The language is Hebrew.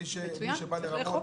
מי מסביר את הצו?